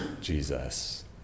Jesus